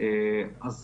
אנחנו